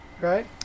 Right